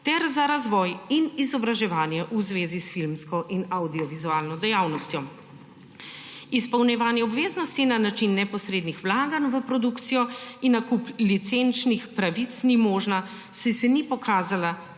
ter za razvoj in izobraževanje v zvezi s filmsko in avdiovizualno dejavnostjo. Izpolnjevanje obveznosti na način neposrednih vlaganj v produkcijo in nakup licenčnih pravic ni možno, saj se ni pokazala